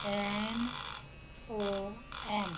N O M